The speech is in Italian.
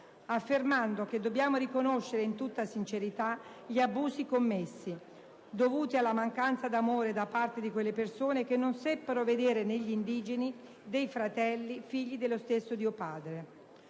affermando che «dobbiamo riconoscere in tutta sincerità gli abusi commessi, dovuti alla mancanza d'amore da parte di quelle persone che non seppero vedere negli indigeni dei fratelli, figli dello stesso Dio Padre».